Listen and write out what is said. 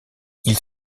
ils